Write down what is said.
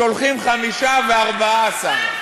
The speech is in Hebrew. שולחים חמישה ו-14.